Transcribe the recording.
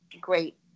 great